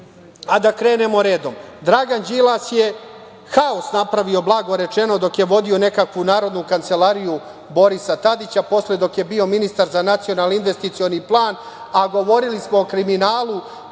da krenemo redom. Dragan Đilas je haos napravio, blago rečeno dok je vodio nekakvu narodnu kancelariju Borisa Tadića, posle dok je bio ministar za nacionalni investicioni plan, a govorili smo o kriminalu